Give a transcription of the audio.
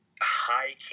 High